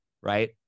right